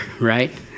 right